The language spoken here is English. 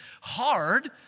hard